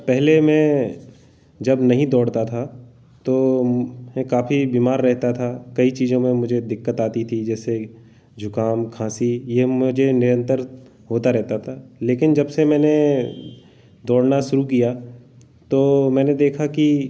पहले मैं जब नहीं दौड़ता था तो मैं काफ़ी बीमार रहता था कई चीजों में मुझे दिक्कत आती थी जैसे जुकाम खाँसी यह मुझे निरंतर होता रहता था लेकिन जब से मैंने दौड़ना शुरू किया तो मैंने देखा कि